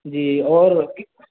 جی اور